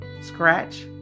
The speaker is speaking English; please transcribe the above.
scratch